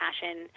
passion